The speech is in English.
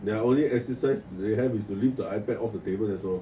their are only exercise do you have is to lift the ipad off the table that's all